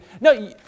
no